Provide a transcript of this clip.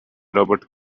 robert